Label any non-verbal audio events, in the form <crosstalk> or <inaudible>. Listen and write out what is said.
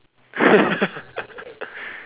<laughs>